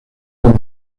como